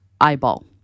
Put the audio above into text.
eyeball